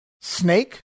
snake